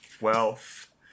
Wealth